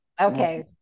Okay